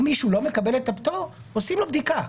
אם מישהו לא מקבל את הפטור עושים לו בדיקה,